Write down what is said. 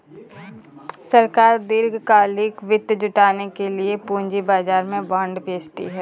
सरकार दीर्घकालिक वित्त जुटाने के लिए पूंजी बाजार में बॉन्ड बेचती है